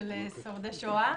של שורדי שואה.